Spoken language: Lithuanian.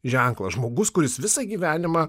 ženklas žmogus kuris visą gyvenimą